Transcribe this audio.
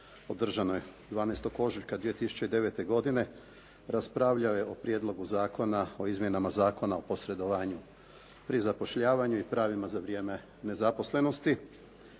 slušajući cijelo jutro ovu raspravu o prijedlogu Zakona o izmjenama Zakona o posredovanju pri zapošljavanju i pravima za vrijeme nezaposlenosti.